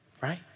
right